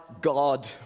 God